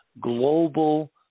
global